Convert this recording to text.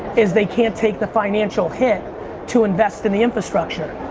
is they can't take the financial hit to invest in the infrastructure.